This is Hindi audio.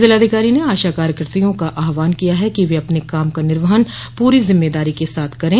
जिलाधिकारी ने आशा कार्यकत्रियों का आह्वान किया है कि वे अपने काम का निर्वहन पूरी जिम्मेदारी के साथ करें